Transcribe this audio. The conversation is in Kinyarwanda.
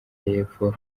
y’epfo